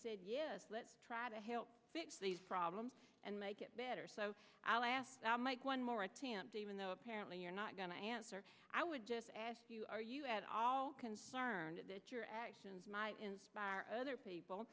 said yes let's try to help fix these problems and make it better so i'll ask mike one more attempt even though apparently you're not going to answer i would just ask you are you at all concerned that your actions might inspire other people